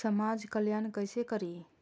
समाज कल्याण केसे करी?